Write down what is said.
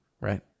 right